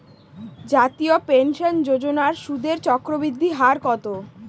জাতীয় পেনশন যোজনার সুদের চক্রবৃদ্ধি হার কত?